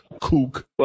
kook